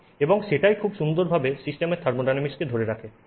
এবং সেটাই খুব সুন্দর ভাবে সিস্টেমের থার্মোডাইনামিক্স কে ধরে রাখে